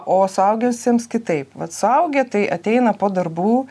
o suaugusiems kitaip vat suaugę tai ateina po darbų